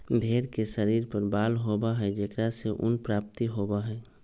भेंड़ के शरीर पर बाल होबा हई जेकरा से ऊन के प्राप्ति होबा हई